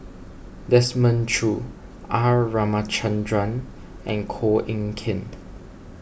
Desmond Choo R Ramachandran and Koh Eng Kian